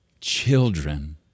Children